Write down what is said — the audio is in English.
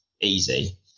easy